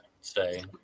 say